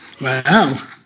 Wow